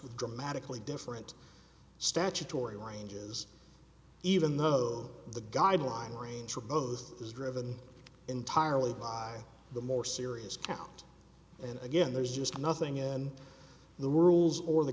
with dramatically different statutory ranges even though the guideline range for both is driven entirely by the more serious count and again there's just nothing in the world or the